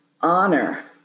honor